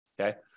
Okay